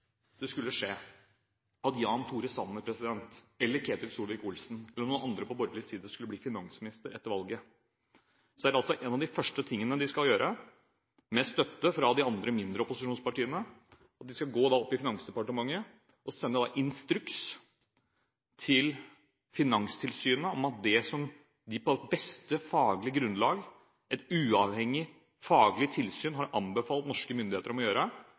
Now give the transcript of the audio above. det skulle skje at Jan Tore Sanner eller Ketil Solvik-Olsen eller noen andre på borgerlig side skulle bli finansminister etter valget, er noe av det første de skal gjøre, med støtte fra de andre, mindre opposisjonspartiene, å gå opp i Finansdepartementet og sende instruks til Finanstilsynet – et uavhengig faglig tilsyn – om at det de på det beste faglige grunnlag har anbefalt norske myndigheter å gjøre,